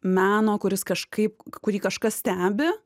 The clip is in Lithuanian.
meno kuris kažkaip kurį kažkas stebi